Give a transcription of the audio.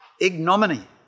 ignominy